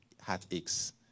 heartaches